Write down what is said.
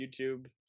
YouTube